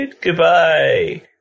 Goodbye